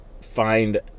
find